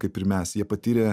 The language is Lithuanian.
kaip ir mes jie patyrė